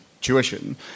tuition